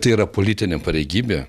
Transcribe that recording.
tai yra politinė pareigybė